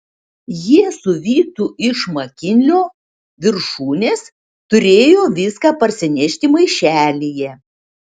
jie su vytu iš makinlio viršūnės turėjo viską parsinešti maišelyje